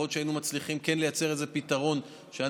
יכול שהיינו מצליחים לייצר איזה פתרון שהיה